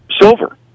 silver